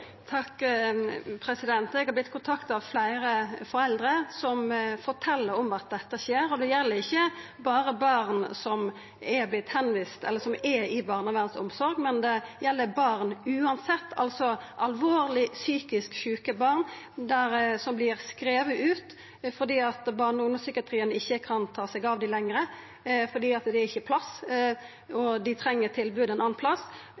Eg har vorte kontakta av fleire foreldre som fortel om at dette skjer. Det gjeld ikkje berre barn som er i barnevernsomsorg, det gjeld barn uansett – altså alvorleg psykisk sjuke barn, som vert skrivne ut fordi barne- og ungdomspsykiatrien ikkje lenger kan ta seg av dei fordi det ikkje er plass og dei treng tilbod ein annan plass.